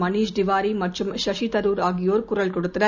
மனிஷ் திவாரிமற்றும் கஷிதருர் ஆகியோர் குரல் கொடுத்தனர்